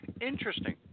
Interesting